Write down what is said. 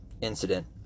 incident